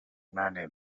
بله